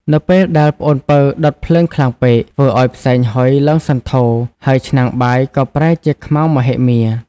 នៅពេលដែលប្អូនពៅដុតភ្លើងខ្លាំងពេក ធ្វើឱ្យផ្សែងហុយឡើងសន្ធោរ ហើយឆ្នាំងបាយក៏ប្រែជាខ្មៅមហិមា។